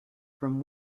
from